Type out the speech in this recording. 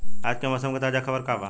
आज के मौसम के ताजा खबर का बा?